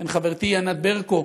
בין חברתי ענת ברקו,